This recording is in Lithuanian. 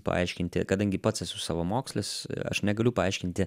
paaiškinti kadangi pats esu savamokslis aš negaliu paaiškinti